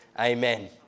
Amen